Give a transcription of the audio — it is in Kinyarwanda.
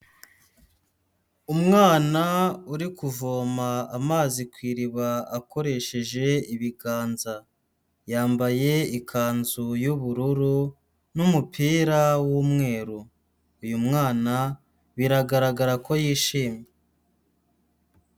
Umwana uri kuvoma amazi ku iriba akoresheje ibiganza. Yambaye ikanzu y'ubururu n'umupira w'umweru. Uyu mwana biragaragara ko yishimye.